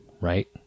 right